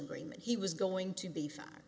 agreement he was going to be f